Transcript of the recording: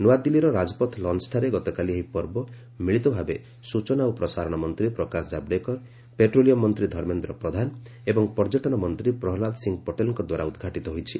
ନୂଆଦିଲ୍ଲୀର ରାଜପଥ ଲନ୍ନଠାରେ ଗତକାଲି ଏହି ପର୍ବ ମିଳିତ ଭାବେ ସ୍ବଚନା ଓ ପ୍ରସାରଣ ମନ୍ତ୍ରୀ ପ୍ରକାଶ ଜାଭଡେକର ପେଟ୍ରୋଲିୟମ୍ ମନ୍ତ୍ରୀ ଧର୍ମେନ୍ଦ୍ର ପ୍ରଧାନ ଏବଂ ପର୍ଯ୍ୟଟନ ମନ୍ତ୍ରୀ ପ୍ରହଲାଦ ସିଂହ ପଟେଲଙ୍କ ଦ୍ୱାରା ଉଦ୍ଘାଟିତ ହୋଇଛି